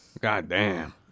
Goddamn